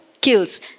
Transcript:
kills